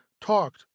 talked